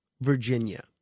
Virginia